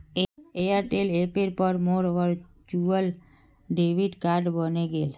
Airtel ऐपेर पर मोर वर्चुअल डेबिट कार्ड बने गेले